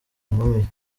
inkumi